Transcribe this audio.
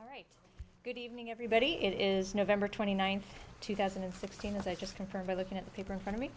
all right good evening everybody it is november twenty ninth two thousand and sixteen as i just confirmed by looking at the paper in front of me